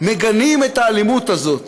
מגנים את האלימות הזאת